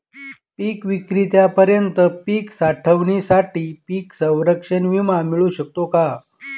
पिकविक्रीपर्यंत पीक साठवणीसाठी पीक संरक्षण विमा मिळू शकतो का?